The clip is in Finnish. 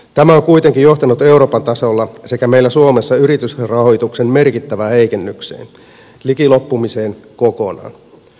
tämä on kuitenkin johtanut euroopan tasolla sekä meillä suomessa yritysrahoituksen merkittävään heikennykseen liki loppumiseen kokonaan